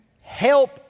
help